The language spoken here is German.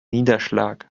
niederschlag